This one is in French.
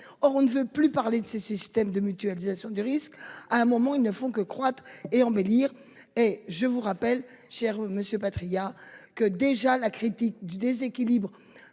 Or, on ne veut plus parler de ce système de mutualisation du risque à un moment, ils ne font que croître et embellir. Et je vous rappelle, cher Monsieur Patriat que déjà la critique du déséquilibre